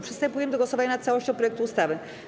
Przystępujemy do głosowania nad całością projektu ustawy.